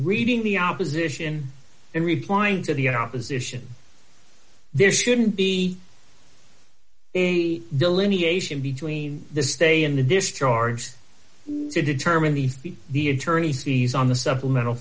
reading the opposition and replying to the opposition there shouldn't be a delineation between the stay in the discharge to determine the speed the attorney's fees on the supplemental